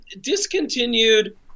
discontinued